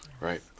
right